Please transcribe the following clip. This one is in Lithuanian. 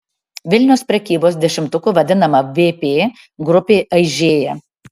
vilniaus prekybos dešimtuku vadinama vp grupė aižėja